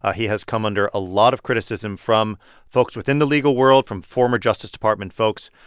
ah he has come under a lot of criticism from folks within the legal world, from former justice department folks